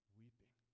weeping